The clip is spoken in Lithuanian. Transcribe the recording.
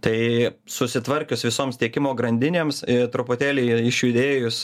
tai susitvarkius visoms tiekimo grandinėms i truputėlį išjudėjus